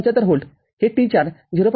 ७५ volt आहेहे T४ ०